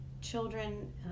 children